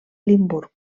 limburg